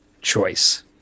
choice